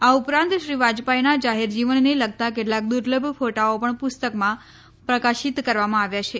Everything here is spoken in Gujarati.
આ ઉપરાંત શ્રી વાજપાઈના જાહેર જીવનને લગતાં કેટલાંક દુર્લભ ફોટાઓ પણ પુસ્તકમાં પ્રકાશીત કરવામાં આવ્યા છે